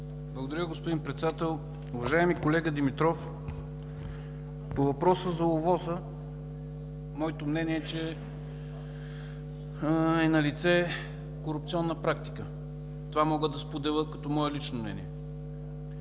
Благодаря, господин Председател. Уважаеми колега Димитров, по въпроса за ОВОС-а моето мнение е, че е налице корупционна практика. Това мога да споделя като мое лично мнение.